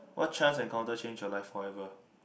what chance encounter changed your life forever